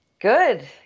Good